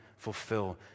fulfill